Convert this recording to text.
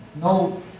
No